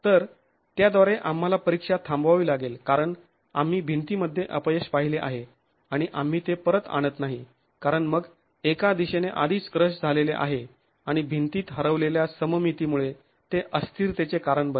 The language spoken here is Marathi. तर त्याद्वारे आंम्हाला परीक्षा थांबावावी लागेल कारण आम्ही भिंतीमध्ये अपयश पाहिले आहे आणि आम्ही ते परत आणत नाही कारण मग एका दिशेने आधीच क्रश झालेले आहे आणि भिंतीत हरवलेल्या सममितीमुळे ते अस्थिरतेचे कारण बनते